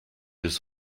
bis